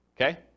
Okay